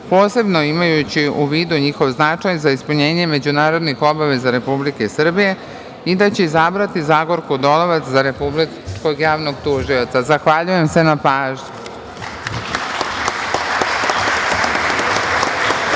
posebno imajući u vidu njihov značaj za ispunjenje međunarodnih obaveza Republike Srbije i da će izabrati Zagorku Dolovac za Republičkog javnog tužioca. Zahvaljujem se na pažnji.